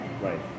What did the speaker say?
Right